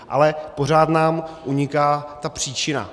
Ale pořád nám uniká ta příčina.